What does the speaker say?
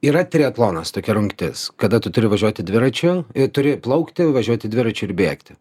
yra triatlonas tokia rungtis kada tu turi važiuoti dviračiu ir turi plaukti važiuoti dviračiu ir bėgti